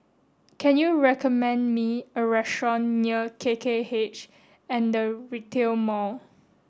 can you recommend me a restaurant near K K H and The Retail Mall